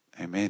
Amen